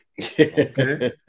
Okay